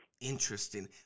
Interesting